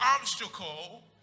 obstacle